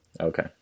Okay